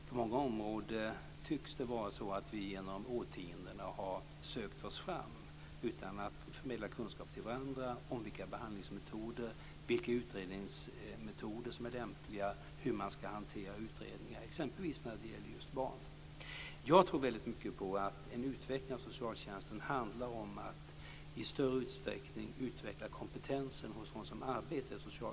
På många områden tycks det vara så att vi genom årtiondena har sökt oss fram utan att förmedla kunskap till varandra om vilka behandlings och utredningsmetoder som är lämpliga och hur man ska hantera utredningar, exempelvis när det gäller just barn. Jag tror väldigt mycket på att en utveckling av socialtjänsten handlar om att i större utsträckning utveckla kompetensen hos dem som arbetar inom denna.